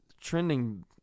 trending